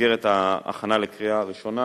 במסגרת ההכנה לקריאה ראשונה